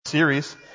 series